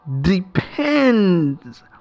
depends